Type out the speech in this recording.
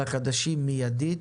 על החדשים מיידית